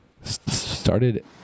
Started